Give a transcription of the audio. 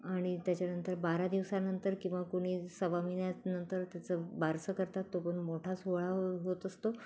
आणि त्याच्यानंतर बारा दिवसानंतर किंवा कुणी सव्वा महिन्यानंतर त्याचं बारसं करतात तो पण मोठा सोहळा होत असतो